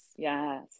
Yes